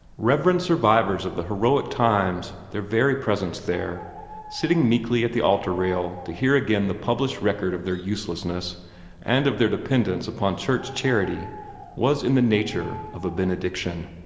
reverend survivors of the heroic times, their very presence there sitting meekly at the altar-rail to hear again the published record of their uselessness and of their dependence upon church charity was in the nature of a benediction.